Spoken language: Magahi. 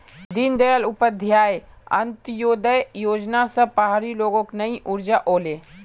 दीनदयाल उपाध्याय अंत्योदय योजना स पहाड़ी लोगक नई ऊर्जा ओले